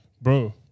Bro